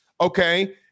okay